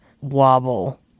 wobble